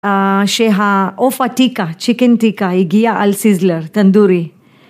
שיהה אופה טיקה, צ'יקן טיקה, הגיעה על סיזלר, תנדורי.